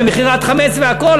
במכירת חמץ והכול,